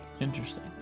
Interesting